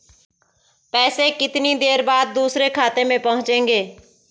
पैसे कितनी देर बाद दूसरे खाते में पहुंचेंगे?